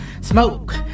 Smoke